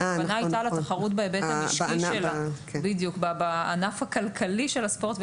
והכוונה הייתה לתחרות בהיבט המשקי שלה; בענף הכלכלי של הספורט,